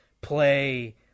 play